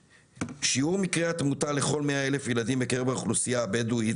שיעור מקרי התמותה לכל 100,000 ילדים בקרב האוכלוסייה הבדואית